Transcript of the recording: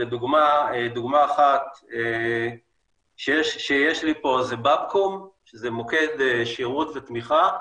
דוגמה אחת שיש לי פה זה בבקום שזה מוקד שירות ותמיכה,